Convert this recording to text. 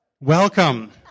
Welcome